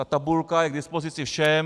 Tabulka je k dispozici všem.